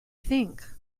think